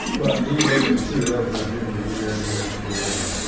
but he later pursued that was my junior year and he asked me over